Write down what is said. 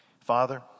Father